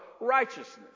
righteousness